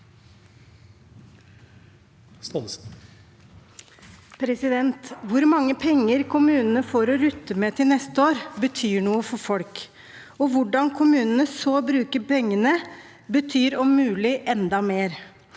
Hvor mange penger kommunene får å rutte med til neste år, betyr noe for folk, og hvordan kommunene så bruker pengene, betyr om mulig enda mer.